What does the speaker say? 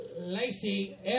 Lacey